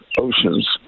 oceans